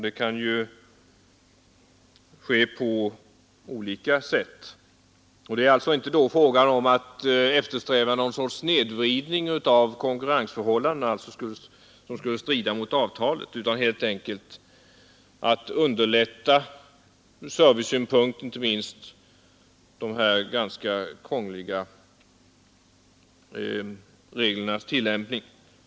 Det är inte fråga om att eftersträva någon snedvridning av konkurrensförhållandena, som strider mot avtalet, utan helt enkelt att underlätta från servicesynpunkt, inte minst med hänsyn till de ganska krångliga reglernas tillämpning.